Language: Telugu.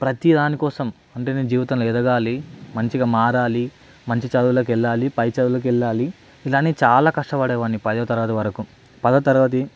ప్రతిదానికోసం అంటే నేను జీవితంలో ఎదగాలి మంచిగా మారాలి మంచి చదువులకు వెళ్ళాలి పైచదువులకు వెళ్ళాలి ఇలా అని చాలా కష్టపడేవాన్ని పదోతరగతి వరకు పదోతరగతి